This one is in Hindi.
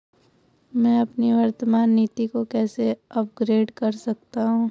मैं अपनी वर्तमान नीति को कैसे अपग्रेड कर सकता हूँ?